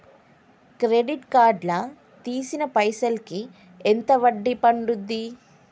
Credit card లా తీసిన పైసల్ కి ఎంత వడ్డీ పండుద్ధి?